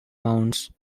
maons